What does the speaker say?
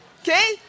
Okay